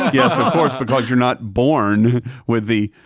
yes, of course, because you're not born with the.